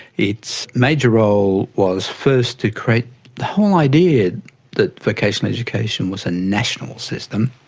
its major role was first to create the whole idea that vocational education was a national system.